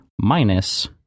minus